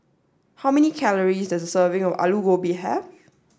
how many calories does a serving of Aloo Gobi have